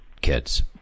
kids